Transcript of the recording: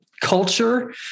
culture